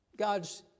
God's